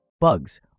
Bugs